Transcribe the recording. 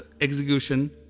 execution